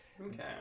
Okay